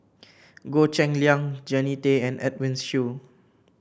Goh Cheng Liang Jannie Tay and Edwin Siew